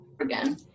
again